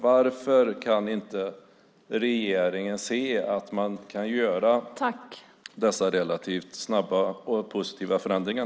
Varför kan regeringen inte se att man kan göra dessa relativt snabba och positiva förändringar?